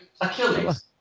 Achilles